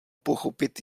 pochopit